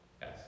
yes